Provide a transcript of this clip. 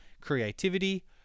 creativity